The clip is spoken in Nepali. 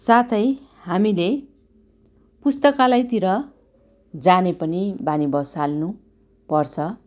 साथै हामीले पुस्तकालयतिर जाने पनि बानी बसाल्नु पर्छ